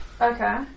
Okay